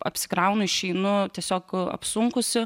apsikraunu išeinu tiesiog apsunkusi